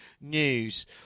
news